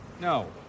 No